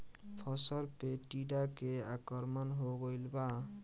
फसल पे टीडा के आक्रमण हो गइल बा?